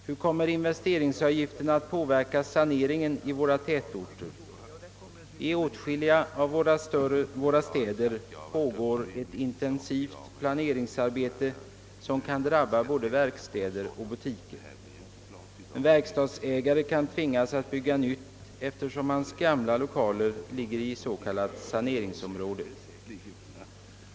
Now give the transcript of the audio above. Hur kommer investeringsavgiften att påverka saneringen av våra tätorter? I åtskilliga av våra städer pågår ett intensivt planeringsarbete som kan drabba både verkstäder och butiker. En verkstadsägare kan tvingas att bygga nytt, eftersom hans gamla lokaler ligger i ett s.k. saneringsområde.